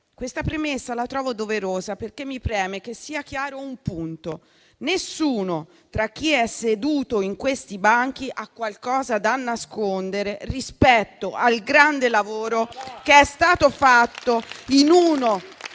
Questa premessa la trovo doverosa, perché mi preme sia chiaro un punto: nessuno, tra chi è seduto in questi banchi, ha qualcosa da nascondere rispetto al grande lavoro che è stato fatto in uno